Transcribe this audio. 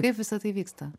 kaip visa tai vyksta